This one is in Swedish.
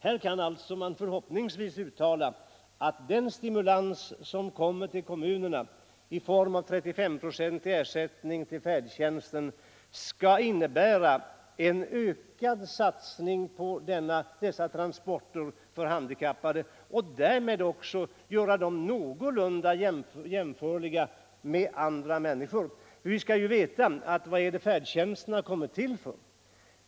Man kan nu uttala den förhoppningen att den stimulans som kommer till kommunerna i form av 35-procentig ersättning för färdtjänsten skall innebära en ökad satsning på dessa transporter för handikappade och därmed också göra dem någorlunda jämställda med andra människor. Varför har färdtjänsten kommit till?